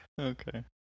Okay